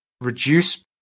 reduce